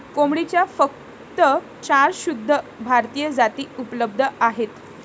कोंबडीच्या फक्त चार शुद्ध भारतीय जाती उपलब्ध आहेत